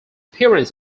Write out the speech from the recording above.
appearance